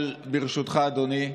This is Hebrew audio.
אבל ברשותך, אדוני,